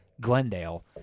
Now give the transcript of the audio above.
Glendale